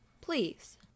please